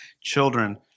children